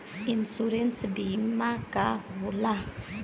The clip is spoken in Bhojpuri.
इन्शुरन्स बीमा का होला?